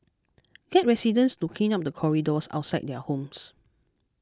get residents to clean up the corridors outside their homes